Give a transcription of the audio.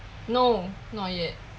no not yet